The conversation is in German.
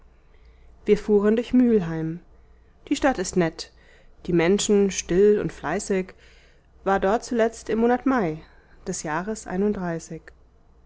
wir fuhren durch mühlheim die stadt ist nett die menschen still und fleißig war dort zuletzt im monat mai des jahres